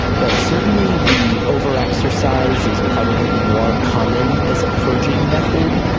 but certainly the overexercise is probably more common as a purging method.